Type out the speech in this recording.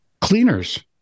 Cleaners